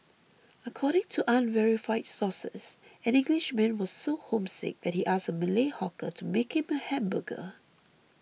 according to unverified sources an Englishman was so homesick that he asked a Malay hawker to make him a hamburger